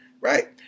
Right